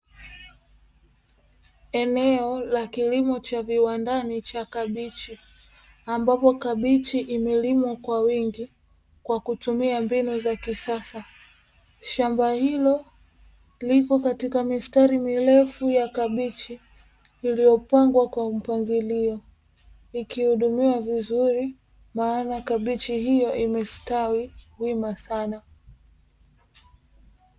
Eneo la kilimo cha viwandani cha kabichi ambapo, kabichi imelimwa kwa wingi kwa kutumia mbinu za kisasa shamba hilo lipo katika mistari mirefu ya kabichi iliyopangwa kwa mpangilio ikihudumiwa vizuri maana kabichi hiyo imestawi wima sana.